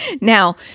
Now